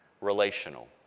relational